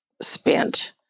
spent